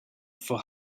for